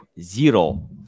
zero